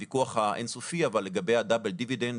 הוויכוח האין-סופי לגבי הדיבידנד הכפול